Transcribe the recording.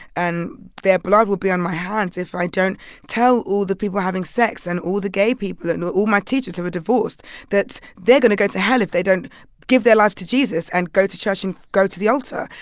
and their blood would be on my hands if i don't tell all the people having sex and all the gay people and all my teachers who were divorced that they're going to go to hell if they don't give their life to jesus and go to church and go to the altar.